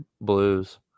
blues